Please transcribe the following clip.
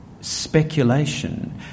speculation